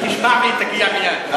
היא תשמע והיא תגיע מייד.